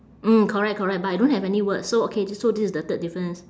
mm correct correct but I don't have any words so okay this so this is the third difference